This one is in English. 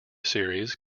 series